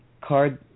card